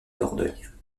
dordogne